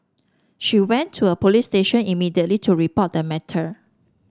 she went to a police station immediately to report the matter